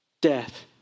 death